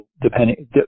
depending